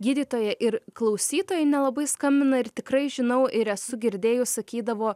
gydytoja ir klausytojai nelabai skambina ir tikrai žinau ir esu girdėjus sakydavo